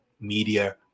Media